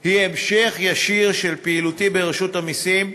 היא המשך ישיר של פעילותי ברשות המסים,